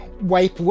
Wipe